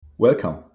Welcome